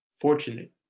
fortunate